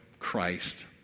Christ